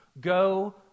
go